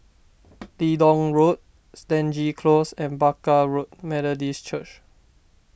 Leedon Road Stangee Close and Barker Road Methodist Church